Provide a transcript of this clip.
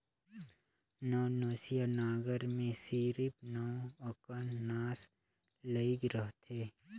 नवनसिया नांगर मे सिरिप नव अकन नास लइग रहथे